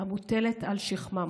המוטלת על שכמם.